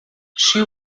she